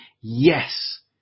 Yes